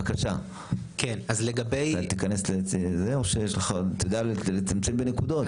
בבקשה רק תיכנס, תדע לצמצם בנקודות.